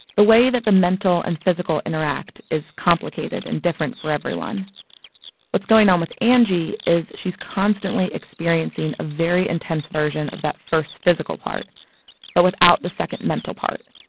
the way that the mental and the physical interact is complicated and different for everyone what's going on with angie is she's constantly experiencing a very intense version of that first physical part but without the second mental part.